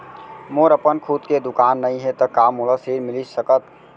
मोर अपन खुद के दुकान नई हे त का मोला ऋण मिलिस सकत?